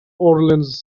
orleans